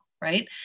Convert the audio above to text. Right